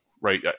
right